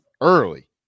Early